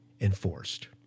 enforced